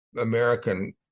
American